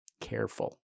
Careful